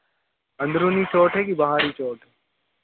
अंदरूनी चोट है कि बाहरी चोट